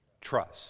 Trust